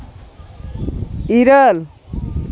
ᱤᱨᱟᱹᱞ